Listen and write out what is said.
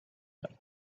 and